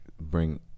bring